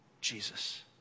Jesus